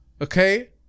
Okay